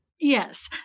Yes